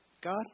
God